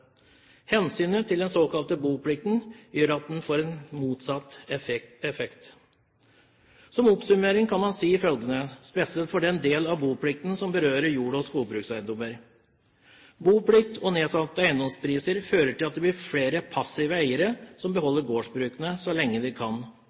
Hensynet til den såkalte boplikten gjør at en får en motsatt effekt. Som oppsummering kan man si følgende, spesielt om den del av boplikten som berører jord- og skogbrukseiendommer: Boplikt og nedsatte eiendomspriser fører til at det blir flere passive eiere som